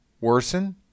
worsen